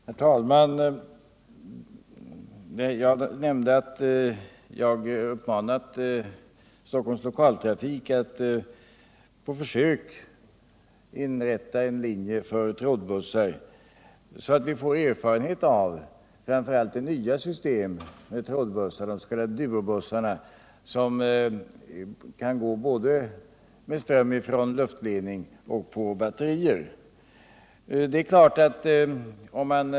Herr talman! Jag nämnde att jag uppmanat Stockholms Lokaltrafik att på försök inrätta en linje för trådbussar, så att vi får erfarenhet av framför allt det nya systemet med trådbussar, de s.k. duobussarna, som kan gå både med ström från luftledning och på batterier.